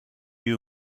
you